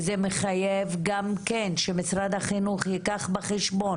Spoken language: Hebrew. וזה מחייב גם כן שמשרד החינוך ייקח בחשבון,